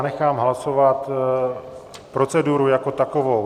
Nechám hlasovat proceduru jako takovou.